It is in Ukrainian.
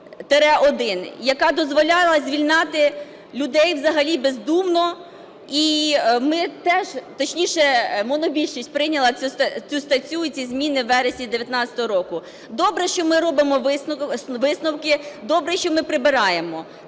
яка дозволяла звільняти людей взагалі бездумно і ми теж, точніше монобільшість, прийняла цю статтю і ці зміни в вересні 19-го року. Добре, що ми робимо висновки. Добре, що ми прибираємо